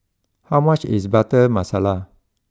how much is Butter Masala